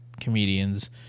comedians